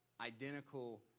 identical